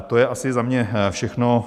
To je asi za mě všechno.